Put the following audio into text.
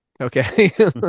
okay